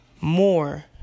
more